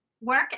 work